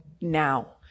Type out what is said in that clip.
now